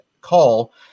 call